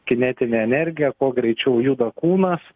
kinetinė energija kuo greičiau juda kūnas